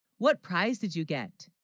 what prize did you get?